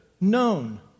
known